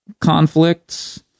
conflicts